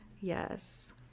Yes